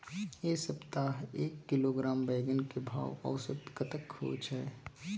ऐ सप्ताह एक किलोग्राम बैंगन के भाव औसत कतेक होय छै?